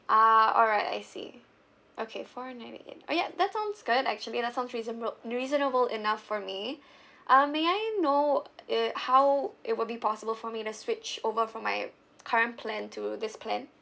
ah alright I see okay four ninety eight ah ya that sounds good actually that sounds reasonable reasonable enough for me um may I know uh how it would be possible for me to switch over from my current plan to this plan